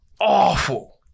awful